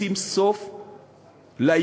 לשים סוף לעיכובים,